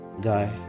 guy